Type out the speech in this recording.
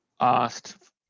Asked